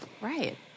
right